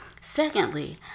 Secondly